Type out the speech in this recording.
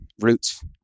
Roots